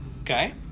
Okay